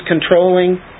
controlling